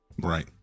Right